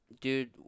Dude